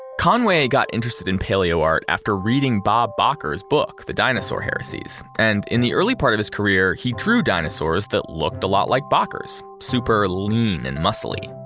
conway got interested in paleoart after reading bob bakker's book the dinosaur heresies. and in the early part of his career he drew dinosaurs that looked a lot like bakker's, super lean and muscly.